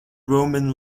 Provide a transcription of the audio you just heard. roman